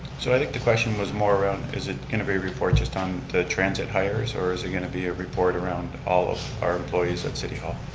so i think the question was more around is it going to be a report just on the transit hires or is it going to be a report around all of our employees at city hall?